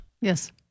Yes